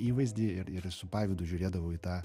įvaizdį ir ir su pavydu žiūrėdavau į tą